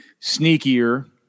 sneakier